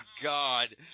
God